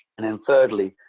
and then thirdly,